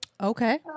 Okay